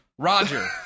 Roger